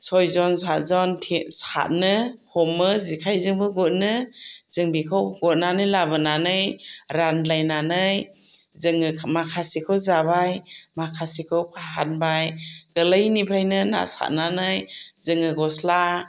सयजन सातजन सारनो हमो जेखाइजोंबो मोनो जेों बेखौ हमनानै लाबोनानै रानलायनानै जोङो माखासेखौ जाबाय माखासेखौ फानबाय गोरलैनिफ्रायनो ना सारनानै जोङो गस्ला